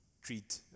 treat